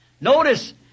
Notice